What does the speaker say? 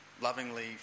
lovingly